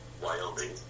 Wyoming